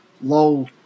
low